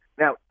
Now